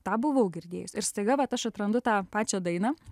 tą buvau girdėjus ir staiga vat aš atrandu tą pačią dainą